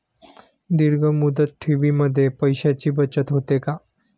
दीर्घ मुदत ठेवीमध्ये पैशांची बचत होते का?